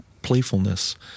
Playfulness